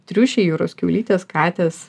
triušiai jūros kiaulytės katės